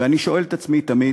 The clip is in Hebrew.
ואני שואל את עצמי תמיד: